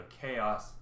chaos